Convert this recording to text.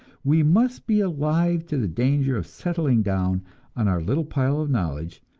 we must be alive to the danger of settling down on our little pile of knowledge,